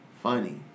funny